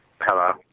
Hello